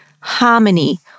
harmony